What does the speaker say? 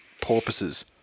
porpoises